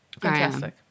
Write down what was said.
Fantastic